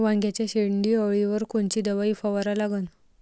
वांग्याच्या शेंडी अळीवर कोनची दवाई फवारा लागन?